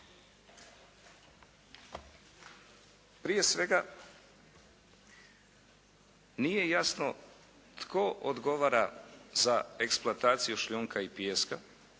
Prije svega nije jasno tko odgovara za eksploataciju šljunka i pijeska